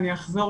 ואני אחזור,